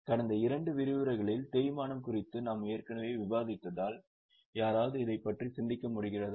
கடந்த இரண்டு விரிவுரைகளில் தேய்மானம் குறித்து நாம் ஏற்கனவே விவாதித்ததால் யாராவது இதை பற்றி சிந்திக்க முடிகிறதா